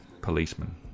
policeman